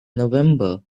november